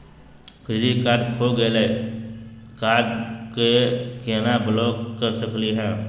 Credit card खो गैली, card क केना ब्लॉक कर सकली हे?